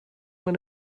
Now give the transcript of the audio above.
when